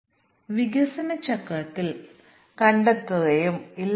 ചുവടെയുള്ള ടെസ്റ്റിംഗ് എങ്ങനെ പ്രവർത്തിക്കുമെന്ന് നമുക്ക് നോക്കാം